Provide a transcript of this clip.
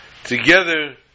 Together